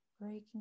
breaking